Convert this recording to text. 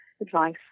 advice